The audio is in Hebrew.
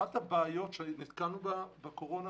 אחת הבעיות שנתקלנו בה בקורונה,